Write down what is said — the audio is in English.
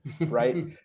Right